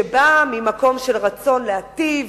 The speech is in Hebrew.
שבאה ממקום של רצון להיטיב,